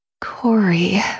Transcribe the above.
Corey